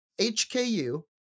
HKU